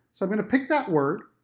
so i'm gonna pick that word,